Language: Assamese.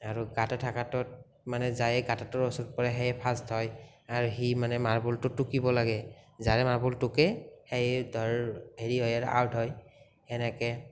আৰু গাঁতা থাকাটোত মানে যায়ে গাঁতাটোৰ ওচৰত পৰে সেয়ে ফাৰ্ষ্ট হয় আৰু সি মানে মাৰ্বলটো টুকিব লাগে যাৰে মাৰ্বল টুকে সেয়ে ধৰ হেৰি হয় আৰু আউট হয় এনেকে